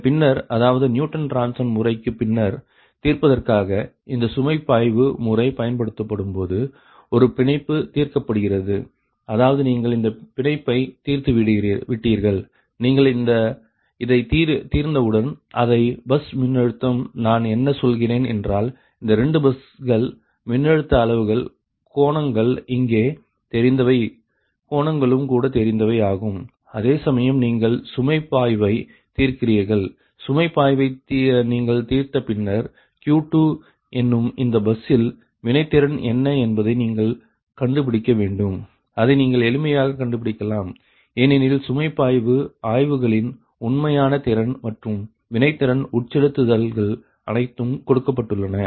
இதன் பின்னர் அதாவது நியூட்டன் ராப்சன் முறைக்கு பின்னர் தீர்ப்பதற்காக இந்த சுமை பாய்வு முறை பயன்படுத்தப்படும்போது ஒரு பிணைப்பு தீர்க்கப்படுகிறது அதாவது நீங்கள் இந்த பிணைப்பை தீர்த்துவிட்டீர்கள் நீங்கள் இதை தீர்ந்தவுடன் அனைத்து பஸ் மின்னழுத்தம் நான் என்ன சொல்கிறேன் என்றால் இந்த 2 பஸ்கள் மின்னழுத்த அளவுகள் கோணங்கள் இங்கே தெரிந்தவை கோணங்களும் கூட தெரிந்தவை ஆகும் அதே சமயம் நீங்கள் சுமை பாய்வை தீர்க்கிறீர்கள் சுமை பாய்வை நீங்கள் தீர்த்த பின்னர் Q2 என்னும் இந்த பஸ்ஸில் வினைத்திறன் என்ன என்பதை நீங்கள் கண்டுபிடிக்க வேண்டும் அதை நீங்கள் எளிமையாக கண்டுபிடிக்கலாம் ஏனெனில் சுமை பாய்வு ஆய்வுகளின் உண்மையான திறன் மற்றும் வினைத்திறன் உட்செலுத்துதல்கள் அனைத்தும் கொடுக்கப்பட்டுள்ளன